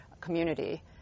community